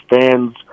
fans